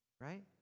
right